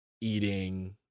eating